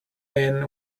man